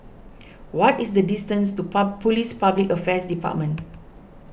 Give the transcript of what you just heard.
what is the distance to Police Public Affairs Department